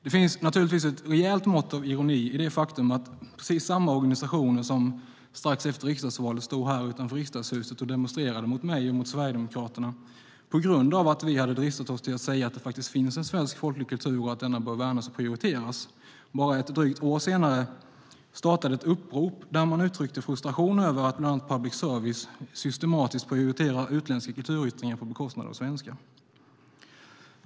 Det finns naturligtvis ett rejält mått av ironi i det faktum att precis samma organisationer som strax efter riksdagsvalet stod utanför Riksdagshuset och demonstrerade mot mig och Sverigedemokraterna på grund av att vi hade dristat oss till att säga att det faktiskt finns en svensk folklig kultur och att denna bör värnas och prioriteras bara ett drygt år senare startade ett upprop där man uttryckte frustration över att bland annat public service systematiskt prioriterar utländska kulturyttringar på bekostnad av svenska.